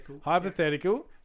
Hypothetical